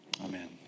Amen